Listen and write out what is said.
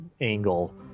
angle